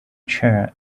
chair